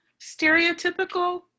stereotypical